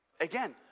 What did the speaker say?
Again